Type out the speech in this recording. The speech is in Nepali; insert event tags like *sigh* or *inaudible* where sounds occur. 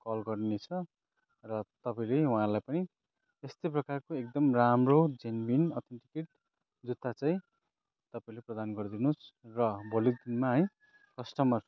कल गर्ने छ र तपाईँले उहाँलाई पनि यस्तै प्रकारको एकदम राम्रो जेन्युन *unintelligible* जुत्ता चाहिँ तपाईँले प्रदान गरिदिनुहोस् र भोलिको दिनमा है कस्टमर